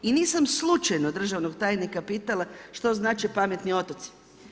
I nisam slučajno državnog tajnika pitala što znače pametni otoci.